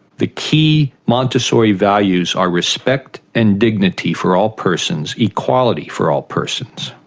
the key montessori values are respect and dignity for all persons, equality for all persons.